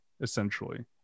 essentially